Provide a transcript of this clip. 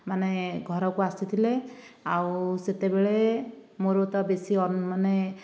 ମାନେ ଘରକୁ ଆସିଥିଲେ ଆଉ ସେତେବେଳେ ମୋର ତ ବେଶୀ ମାନେ